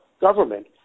government